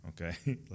okay